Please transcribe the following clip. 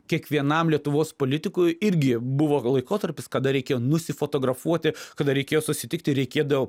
kiekvienam lietuvos politikui irgi buvo laikotarpis kada reikėjo nusifotografuoti kada reikėjo susitikti reikėdau